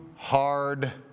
Hard